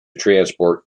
transport